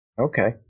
Okay